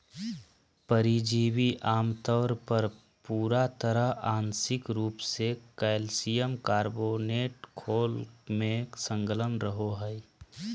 परिजीवी आमतौर पर पूरा तरह आंशिक रूप से कइल्शियम कार्बोनेट खोल में संलग्न रहो हइ